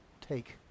take